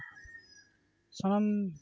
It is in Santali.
ᱥᱟᱱᱟᱢ